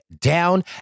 down